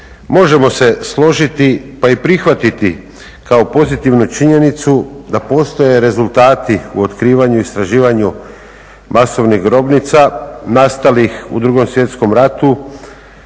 Možemo se složiti pa i prihvatiti kao pozitivnu činjenicu da postoje rezultati u otkrivanju, istraživanju masovnih grobnica nastalih u II. Svjetskom ratu